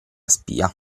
spia